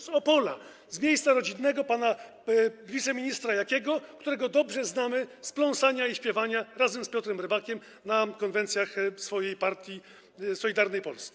Z Opola, z miasta rodzinnego pana wiceministra Jakiego, którego dobrze znamy z pląsania i śpiewania razem z Piotrem Rybakiem na konwencjach swojej partii, Solidarnej Polski.